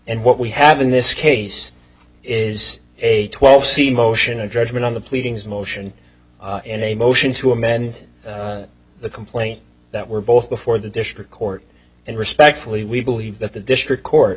and what we have in this case is a twelve c motion a judgment on the pleadings motion and a motion to amend the complaint that were both before the district court and respectfully we believe that the district court